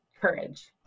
courage